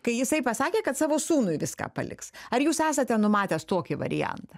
kai jisai pasakė kad savo sūnui viską paliks ar jūs esate numatęs tokį variantą